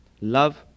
Love